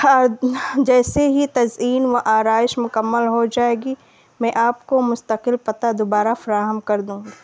اور جیسے ہی تزئین و آرائش مکمل ہو جائے گی میں آپ کو مستقل پتہ دوبارہ فراہم کر دوں گی